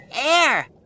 air